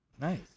Nice